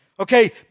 Okay